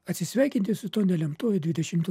atsisveikinti su tuo nelemtuoju dvidešimtu